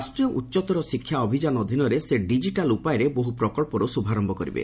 ରାଷ୍ଟ୍ରୀୟ ଉଚ୍ଚତର ଶିକ୍ଷା ଅଭିଯାନ ଅଧୀନରେ ସେ ଡିଜିଟାଲ୍ ଉପାୟରେ ବହୁ ପ୍ରକଳ୍ପର ଶୁଭାରମ୍ଭ କରିବେ